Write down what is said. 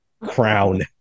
crown